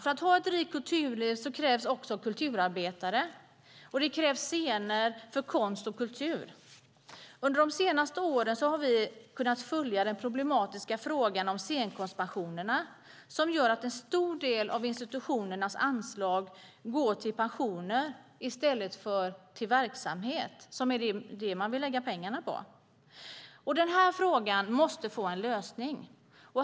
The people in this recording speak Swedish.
För att ha ett rikt kulturliv krävs det också kulturarbetare samt scener för konst och kultur. Under de senaste åren har vi kunnat följa den problematiska frågan om scenkonstspensionerna som gör att en stor del av institutionernas anslag går till pensioner i stället för att gå till verksamhet, som är det man vill lägga pengarna på. Denna fråga måste få en lösning.